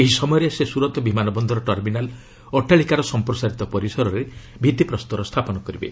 ଏହି ସମୟରେ ସେ ସୁରତ୍ ବିମାନ ବନ୍ଦର ଟର୍ମିନାଲ୍ ଅଟ୍ଟାଳିକାର ସମ୍ପ୍ରସାରିତ ପରିସରର ଭିଭିପ୍ରସ୍ତର ସ୍ଥାପନ କରିବେ